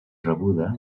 rebuda